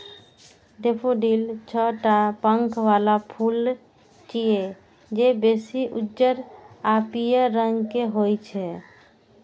daffodil छह टा पंख बला फूल छियै, जे बेसी उज्जर आ पीयर रंग के होइ छै